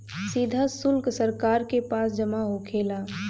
सीधा सुल्क सरकार के पास जमा होखेला